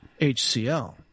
HCL